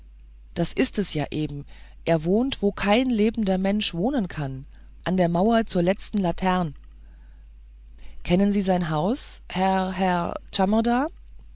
das ist es ja eben er wohnt wo kein lebender mensch wohnen kann an der mauer zur letzten latern kennen sie sein haus herr herr